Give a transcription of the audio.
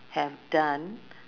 have done